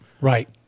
Right